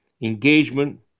engagement